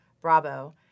Bravo